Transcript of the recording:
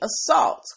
assault